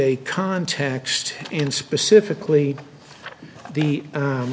a context and specifically the